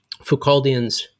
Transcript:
Foucauldians